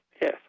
Yes